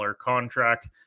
contract